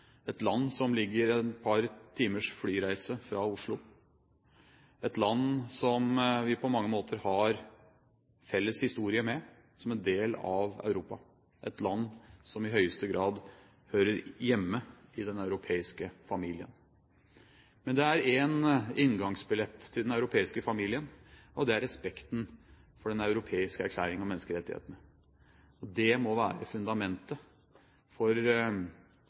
et land som ligger et par timers flyreise fra Oslo, et land som vi på mange måter har felles historie med, som en del av Europa, et land som i høyeste grad hører hjemme i den europeiske familien. Men det er én inngangsbillett til den europeiske familien, og det er respekten for den europeiske erklæring om menneskerettighetene. Det må være fundamentet for